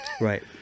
right